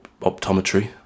optometry